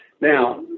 Now